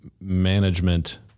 management